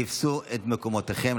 תפסו את מקומותיכם,